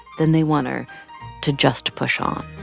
then they want her to just push on